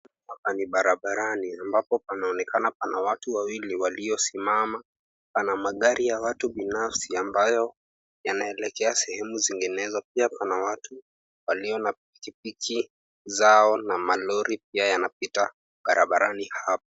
Hapa ni barabarani ambapo panaonekana pana watu wawili waliosimama. Pana magari ya watu binafsi, ambayo yanaelekea sehemu zinginezo. Pia kuna watu walio na pikipiki zao na malori pia yanapita barabarani hapo.